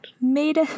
made